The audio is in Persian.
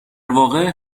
واقع